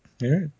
Right